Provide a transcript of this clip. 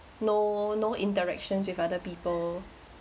no no interactions with other people